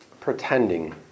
pretending